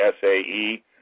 SAE